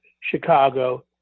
Chicago